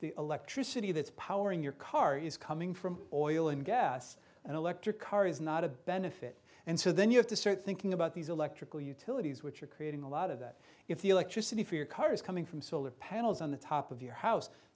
the electricity that's powering your car is coming from oil and gas and electric car is not a benefit and so then you have to search thinking about these electrical utilities which are creating a lot of that if the electricity for your car is coming from solar panels on the top of your house